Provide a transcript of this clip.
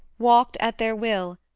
walked at their will,